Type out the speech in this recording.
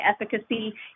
efficacy